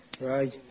Right